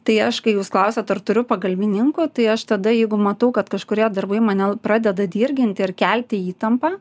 tai aš kai jūs klausiat ar turiu pagalbininkų tai aš tada jeigu matau kad kažkurie darbai mane pradeda dirginti ir kelti įtampą